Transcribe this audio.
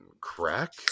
crack